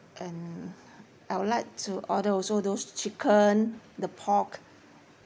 and I would like to order also those chicken the pork